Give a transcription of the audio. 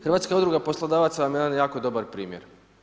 Hrvatska udruga poslodavaca vam je ovdje jako dobar primjer.